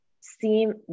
seem